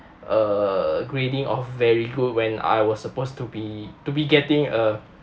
err grading of very good when I was supposed to be to be getting a